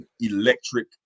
Electric